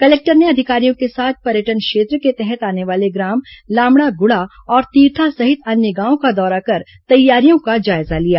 collector ने अधिकारियों के साथ पर्यटन क्षेत्र के तहत आने वाले ग्राम लामड़ागुड़ा और तीर्था सहित अन्य गांवों का दौरा कर तैयारियों का जायजा लिया